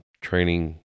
training